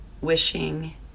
wishing